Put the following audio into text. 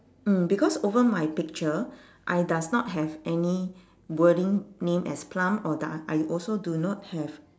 mm because over my picture I does not have any wording name as plum or doe~ I also do not have